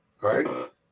right